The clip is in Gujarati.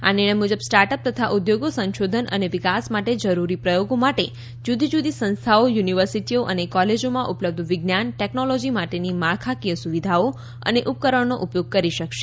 આ નિર્ણય મુ જબ સ્ટાર્ટઅપ તથા ઉદ્યોગો સંશોધન અને વિકાસ માટે જરૂરી પ્રયોગો માટે જુદી જુદી સંસ્થાઓ યુનિવર્સિટીઓ અને કોલેજોમાં ઉપલબ્ધ વિજ્ઞાન ટેકનોલોજી માટેની માળખાકીય સુવિધાઓ અને ઉપકરણોનો ઉપયોગ કરી શકશે